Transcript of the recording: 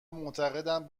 معتقدند